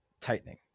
tightening